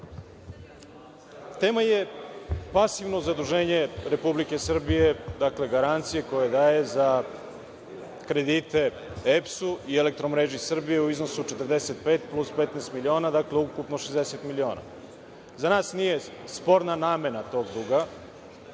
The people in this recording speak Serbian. je pasivno zaduženje Republike Srbije, dakle garancije koje daje za kredite EPS-u i „Elektromreži Srbije“ u iznosu od 45 plus 15 miliona, dakle ukupno 60 miliona. Za nas nije sporna namena tog duga,